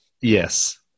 Yes